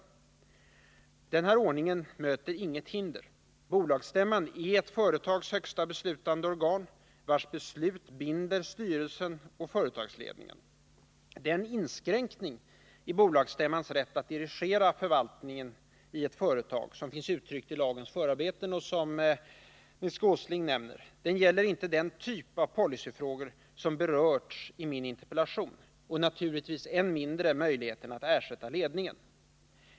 Denna ordning möter inga hinder. Bolagsstämman är ett företags högsta beslutande organ, vars beslut binder styrelse och företagsledning. Den inskränkning i bolagsstämmans sätt att dirigera förvaltningen i ett företag som finns uttryckt i lagens förarbeten och som Nils Åsling här nämnde gäller inte den typ av policyfrågor som berörs i min interpellation — naturligtvis än mindre möjligheten att ersätta ledningen.